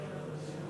אדוני השר,